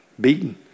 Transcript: beaten